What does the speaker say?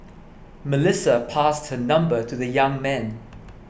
Melissa passed her number to the young man